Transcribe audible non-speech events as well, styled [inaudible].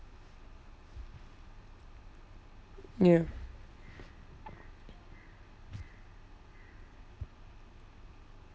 ya [noise]